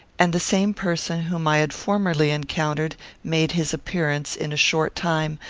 and the same person whom i had formerly encountered made his appearance, in a short time,